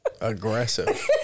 aggressive